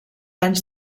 anys